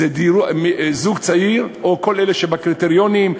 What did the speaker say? זוג צעיר או כל אלה שבקריטריונים: